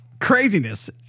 craziness